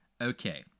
Okay